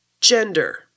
gender